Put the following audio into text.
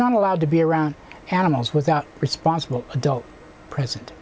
not allowed to be around animals without responsible adult present